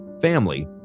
family